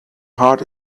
heart